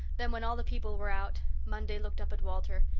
then, when all the people were out, monday looked up at walter,